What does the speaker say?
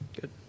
Good